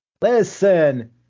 listen